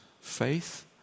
faith